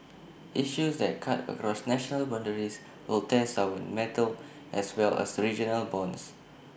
issues that cut across national boundaries will test our mettle as well as regional bonds